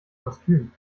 kostüm